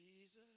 Jesus